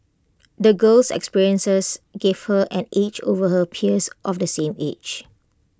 the girl's experiences gave her an edge over her peers of the same age